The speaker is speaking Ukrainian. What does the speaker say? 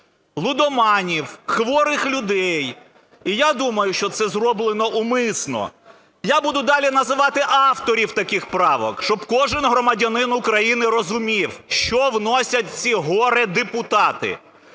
лудоманів, хворих людей. І я думаю, що це роблено умисно. Я буду далі називати авторів таких правок, щоб кожен громадянин України розумів, що вносять ці горе-депутати.